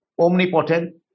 omnipotent